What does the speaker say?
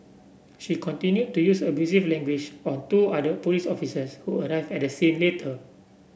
she continued to use abusive language on two other police officers who arrive at scene later